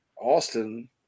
Austin